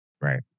right